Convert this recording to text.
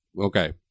Okay